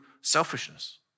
selfishness